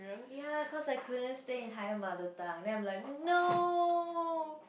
ya cause I couldn't stay in higher mother tongue then I'm like no